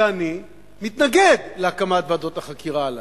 שאני מתנגד להקמת ועדות החקירה הללו.